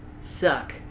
suck